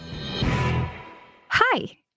Hi